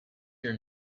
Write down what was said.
your